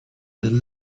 little